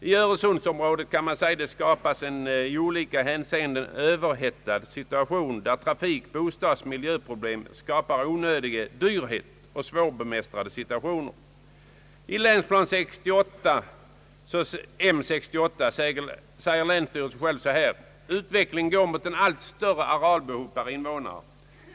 I öresundsregionen kan man säga att det skapats en i olika hänseenden överhettad situation, där trafik-, bostadsoch miljöproblemen skapar onödig dyrhet och svårbemästrade situationer. I länsplan M 68 säger länsstyrelsen: »Utvecklingen går mot ett allt större arealbehov per invånare.